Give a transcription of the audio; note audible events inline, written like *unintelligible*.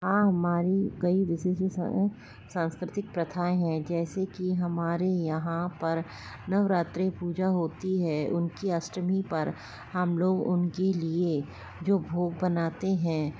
हाँ हमारी कई *unintelligible* सांस्कृतिक प्रथाएँ हैं जैसे की हमारे यहाँ पर नवरात्री पूजा होती है उनकी अष्टमी पर हम लोग उनकी लिए जो भोग बनाते हैं